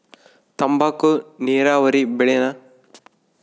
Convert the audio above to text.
ತಂಬಾಕು ನೇರಾವರಿ ಬೆಳೆನಾ?